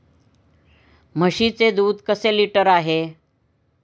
म्हशीचे दूध कसे लिटर आहे?